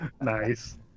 Nice